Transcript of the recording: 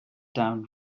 down